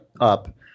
up